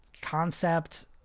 concept